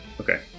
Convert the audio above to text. okay